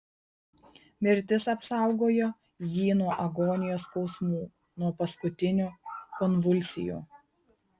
mirtis apsaugojo jį nuo agonijos skausmų nuo paskutinių konvulsijų